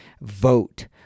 vote